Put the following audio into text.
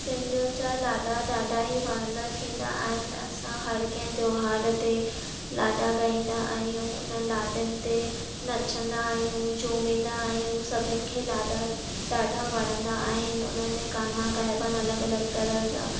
सिंधियुनि जा लाॾा ॾाढा ई वणंदड़ु थींदा आहिनि असां हर कै तहिवारु ते लाॾा ॻाईंदा आहियूं हुन लाॾनि ते नचंदा आहियूं झूमींदा आहियूं सभिनी खे लाडा ॾाढा वणंदा आहिनि हुननि में गाना ॻाइबा आहिनि अलॻि अलॻि तरह जा